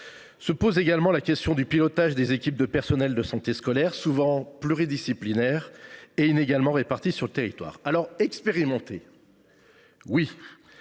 Se pose également la question du pilotage des équipes de personnels de santé scolaire, équipes souvent pluridisciplinaires et inégalement réparties sur le territoire. Aussi, faut il expérimenter ? Oui